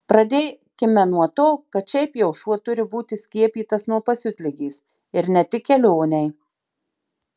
pradėkime nuo to kad šiaip jau šuo turi būti skiepytas nuo pasiutligės ir ne tik kelionei